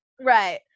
Right